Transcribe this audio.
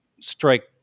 strike